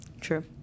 True